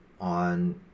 on